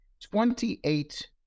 Twenty-eight